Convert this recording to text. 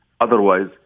Otherwise